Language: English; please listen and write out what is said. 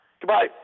Goodbye